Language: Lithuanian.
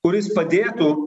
kuris padėtų